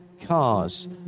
cars